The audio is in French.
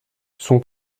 son